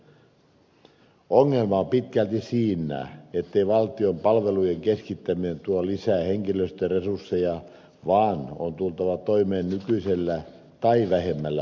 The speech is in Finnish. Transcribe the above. ongelma on pitkälti siinä ettei valtion palvelujen keskittäminen tuo lisää henkilöstöresursseja vaan on tultava toimeen nykyisellä tai vähemmällä porukalla